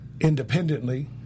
independently